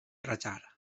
rajar